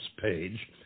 page